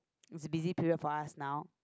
is a busy period for us now